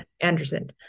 Anderson